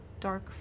dark